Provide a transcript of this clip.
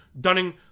Dunning